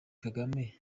kagame